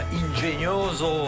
ingegnoso